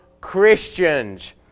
Christians